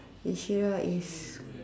Shira is